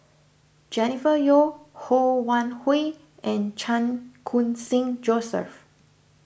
Jennifer Yeo Ho Wan Hui and Chan Khun Sing Joseph